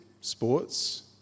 sports